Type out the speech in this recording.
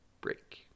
break